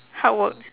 hard work